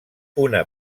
una